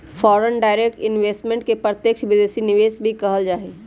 foreign direct investment के प्रत्यक्ष विदेशी निवेश भी कहल जा हई